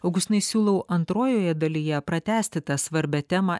augustinai siūlau antrojoje dalyje pratęsti tą svarbią temą